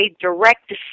direct